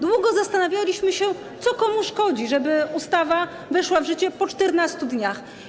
Długo zastanawialiśmy się, co komu szkodzi, żeby ustawa weszła w życie po 14 dniach.